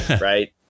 right